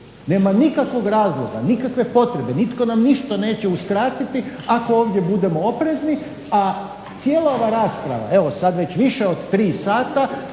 Nema nikakvog razloga, nikakve potrebe nitko nam ništa neće uskratiti ako ovdje budemo oprezni. A cijela ova rasprava evo sad već više od 3 sata